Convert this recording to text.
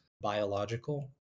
biological